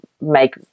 make